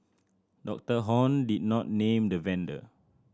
Doctor Hon did not name the vendor